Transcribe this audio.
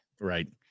Right